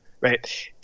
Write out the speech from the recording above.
right